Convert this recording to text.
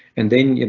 and then, you know,